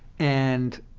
and